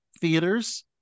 theaters